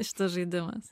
šitas žaidimas